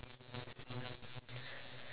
like avatar